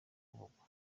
kuvugwa